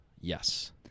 yes